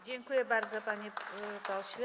Dziękuję bardzo, panie pośle.